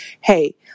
hey